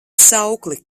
saukli